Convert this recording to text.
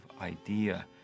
idea